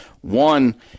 one